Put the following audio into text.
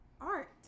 art